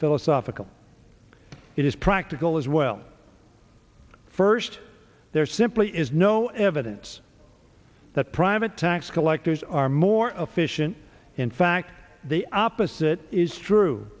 philosophical it is practical as well first there simply is no evidence that private tax collectors are more efficient in fact the opposite is true